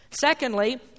Secondly